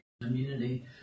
immunity